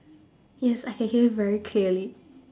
yes I can hear you very clearly